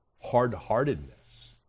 hard-heartedness